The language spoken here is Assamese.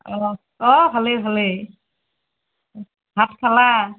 অ অ ভালেই ভালেই ভাত খালা